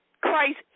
Christ